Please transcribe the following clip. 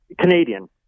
Canadian